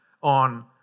on